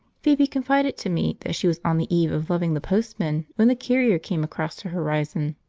phoebe confided to me that she was on the eve of loving the postman when the carrier came across her horizon.